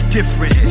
different